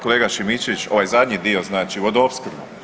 Kolega Šimičević, ovaj zadnji dio, znači vodoopskrba.